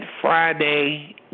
Friday